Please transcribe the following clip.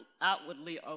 outwardly